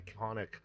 iconic